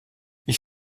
ich